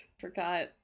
Forgot